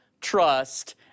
trust